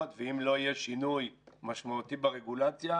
ואם לא יהיה שינוי משמעותי ברגולציה,